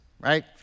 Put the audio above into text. right